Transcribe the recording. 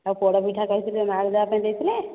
ଆଉ ପୋଡ଼ ପିଠା କହୁଥିଲେ ମାଙ୍କୁ ଦେବାପାଇଁ ଦେଇଥିଲେ